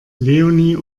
leonie